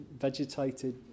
vegetated